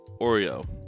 Oreo